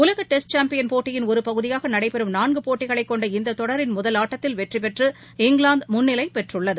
உலகடெஸ்ட் champion போட்டியின் ஒருபகுதியாகநடைபெறும் நான்குபோட்டிகளைக் கொண்ட இந்ததொடரின் முதல் ஆட்டத்தில் வெற்றிபெற்று இங்கிலாந்துமுன்னிலைபெற்றுள்ளது